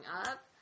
up